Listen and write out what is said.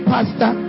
Pastor